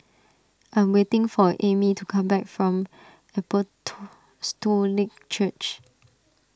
I am waiting for Ammie to come back from Church